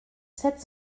sept